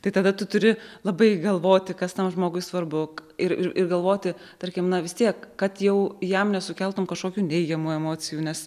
tai tada tu turi labai galvoti kas tam žmogui svarbu ir ir ir galvoti tarkim na vis tiek kad jau jam nesukeltum kažkokių neigiamų emocijų nes